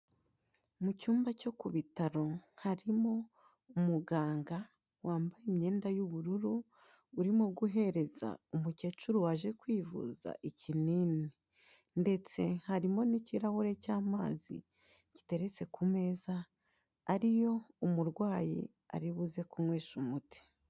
Mu cyumba cyo ku bitaro harimo umuganga wambaye imyenda y'ubururu, urimo guhereza umukecuru waje kwivuza ikinini ndetse harimo n'ikirahure cy'amazi giteretse ku meza, ariyo umurwayi ari buze kunywesha umuti.